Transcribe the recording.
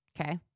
Okay